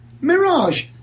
Mirage